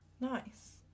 Nice